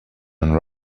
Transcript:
and